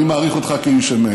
אני מעריך אותך כאיש אמת,